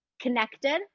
connected